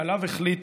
שעליו החליט,